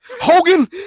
Hogan